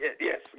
Yes